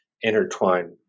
intertwined